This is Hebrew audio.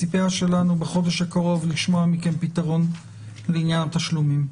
הציפייה שלנו בחודש הקרוב לשמוע מכם פתרון לעניין התשלומים,